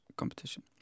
competition